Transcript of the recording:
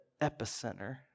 epicenter